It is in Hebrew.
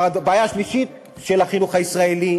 והבעיה השלישית של החינוך הישראלי